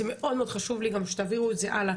זה מאוד חשוב לי גם שתעבירו את זה הלאה.